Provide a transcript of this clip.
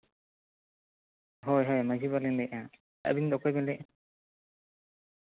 ᱦᱳᱭ ᱦᱳᱭ ᱢᱟᱹᱡᱷᱤ ᱵᱟᱵᱟ ᱞᱤᱧ ᱞᱟᱹᱭᱮᱜ ᱛᱟᱦᱮᱱ ᱟᱹᱵᱤᱱ ᱫᱚ ᱚᱠᱚᱭ ᱵᱤᱱ ᱞᱟᱹᱭᱫᱟ